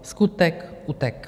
Skutek utek.